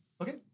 Okay